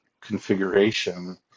configuration